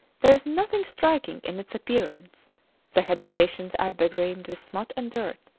there is nothing striking in its appearance the habitations are begrimed with smut and dirt.